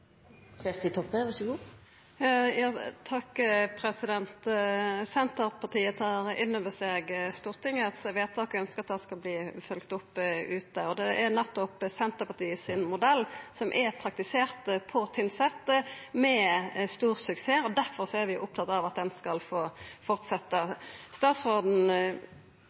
Senterpartiet tar inn over seg Stortingets vedtak og ønskjer at det skal verta følgt opp ute. Det er nettopp Senterpartiet sin modell som er praktisert på Tynset, med stor suksess, og difor er vi opptatt av at han skal få fortsetja. Statsråden